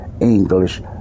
English